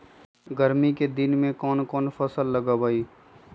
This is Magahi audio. गर्मी के दिन में कौन कौन फसल लगबई?